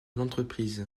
l’entreprise